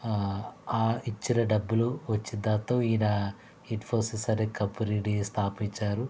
ఆ ఇచ్చిన డబ్బులు వచ్చిందాంతో ఈయన ఇన్ఫోసిస్ అనే కంపెని నీ స్థాపించారు